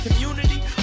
community